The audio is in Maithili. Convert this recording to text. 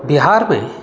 बिहारमे